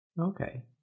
Okay